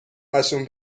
همشون